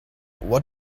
what